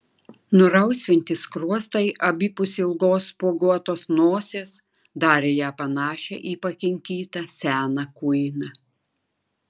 nurausvinti skruostai abipus ilgos spuoguotos nosies darė ją panašią į pakinkytą seną kuiną